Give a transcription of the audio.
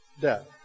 death